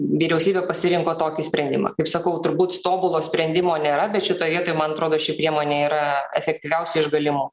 vyriausybė pasirinko tokį sprendimą kaip sakau turbūt tobulo sprendimo nėra bet šitoj vietoj man atrodo ši priemonė yra efektyviausia iš galimų